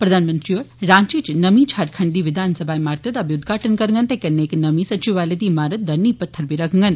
प्रधानमंत्री होर राची च नमीं झारखंड दी विधानसभा इमारतै दा बी उदघाटन करगंन ते कन्नै इक नमीं सचिवालय दी इमारतै दा नींह पत्थर बी रक्खगंन